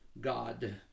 God